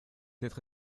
être